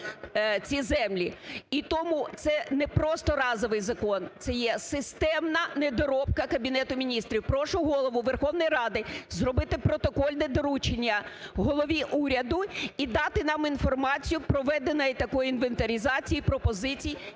ці землі. І тому це не просто разовий закон, це є системна недоробка Кабінету Міністрів. Прошу Голову Верховної Ради зробити протокольне доручення голові уряду і дати нам інформацію про ведення такої інвентаризації і пропозицій